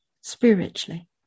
Spiritually